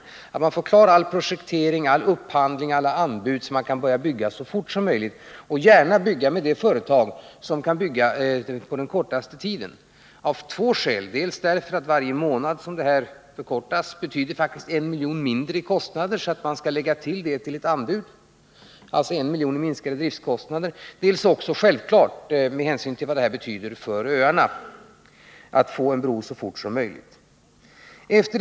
Man måste få in alla anbud och klara all projektering och upphandling, så att bron kan börja byggas så fort som möjligt — gärna med anlitande av det företag som kan bygga på den kortaste tiden. Det bör göras av två skäl. Det första skälet är att varje månad som tiden för brobyggandet förkortas betyder faktiskt en minskning av kostnaderna med 1 milj.kr. Denna summa i lägre driftkostnader kan därför dras ifrån ett anbud. Det andra skälet är att man självfallet bör ta hänsyn till vad det betyder för de boende på öarna att så fort som möjligt få en bro.